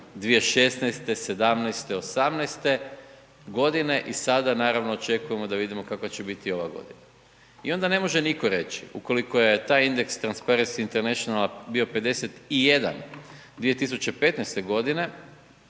2016., '17., '18. godine i sada naravno očekujemo da vidimo kakva će biti ova godina. I onda ne može nitko reći ukoliko je taj indeks Transparency Internationala bio 51 2015. godine